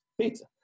pizza